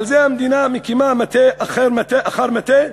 על זה המדינה מקימה מטה אחר מטה?